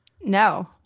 no